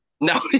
no